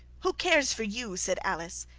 who cares for you said alice,